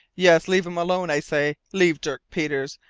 yes, leave him alone, i say leave dirk peters,